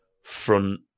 Front